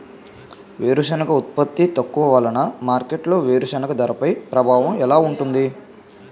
వేరుసెనగ ఉత్పత్తి తక్కువ వలన మార్కెట్లో వేరుసెనగ ధరపై ప్రభావం ఎలా ఉంటుంది?